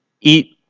eat